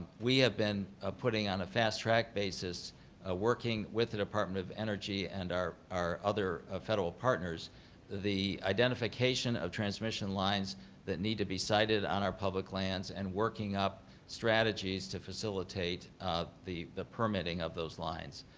we have been putting on a fast track basis ah working with the department of energy and our our other federal partners the identification of transmission lines that need to be cited on our public lands, and working up strategies to facilitate the the permitting of those lines.